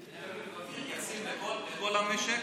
הנתונים מתייחסים לכל המשק?